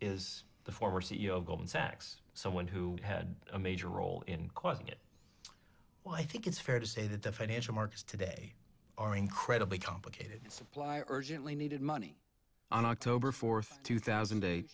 is the former c e o of goldman sachs someone who had a major role in causing it well i think it's fair to say that the financial markets today are incredibly complicated supply urgently needed money on october fourth two thousand